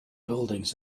buildings